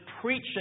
preaching